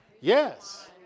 yes